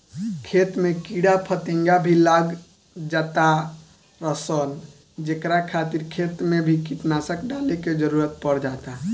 खेत में कीड़ा फतिंगा भी लाग जातार सन जेकरा खातिर खेत मे भी कीटनाशक डाले के जरुरत पड़ जाता